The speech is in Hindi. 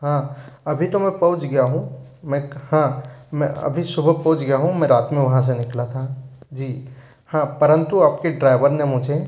हाँ अभी तो मैं पहुँच गया हूँ मैं हाँ मैं अभी सुबह पहुँच गया हूँ मैं रात में वहाँ से निकला था जी हाँ परंतु आपके ड्राइवर ने मुझे